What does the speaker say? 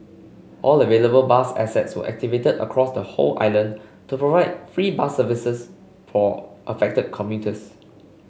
all available bus assets were activated across the whole island to provide free bus service for affected commuters